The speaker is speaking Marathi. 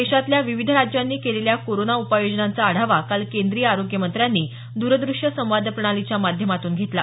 देशातल्या विविध राज्यांनी केलेल्या कोरोना उपाययोजनांचा आढावा काल केंद्रीय आरोग्यमंत्र्यांनी द्रदृष्यसंवाद प्रणालीच्या माध्यमातून घेतला